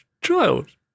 Child